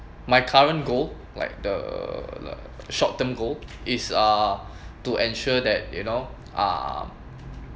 my current goal like the short term goal is uh to ensure that you know um